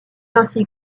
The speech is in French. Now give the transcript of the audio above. ainsi